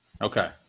Okay